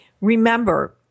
Remember